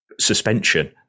suspension